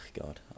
God